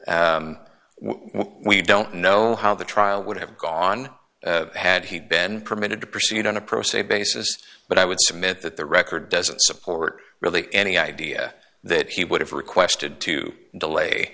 so we don't know how the trial would have gone on had he been permitted to proceed on a pro se basis but i would submit that the record doesn't support really any idea that he would have requested to delay